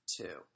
two